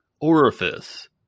orifice